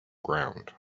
ground